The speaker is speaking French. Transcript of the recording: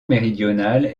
méridionale